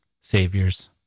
saviors